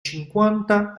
cinquanta